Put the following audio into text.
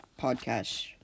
podcast